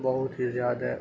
بہت ہی زیادہ